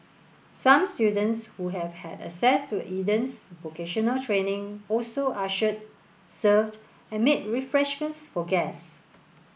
some students who have had access to Eden's vocational training also ushered served and made refreshments for guests